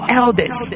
elders